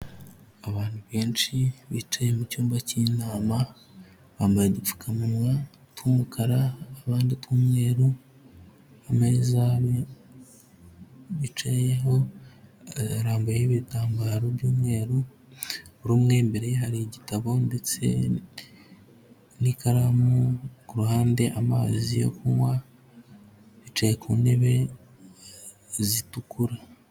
Abantu benshi bicaye mu cyumba cy'inama bambaye udupfukamunwa tw'umukara abandi tw'umweru, ameza bicayeho arambuyeho ibitambaro by'umweru, buri umwe imbere ye hari igitabo ndetse n'ikaramu, ku ruhande amazi yo kunywa bicaye ku ntebe zitukura.